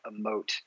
emote